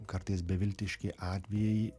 kartais beviltiški atvejai